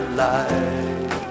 life